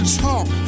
talk